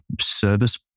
service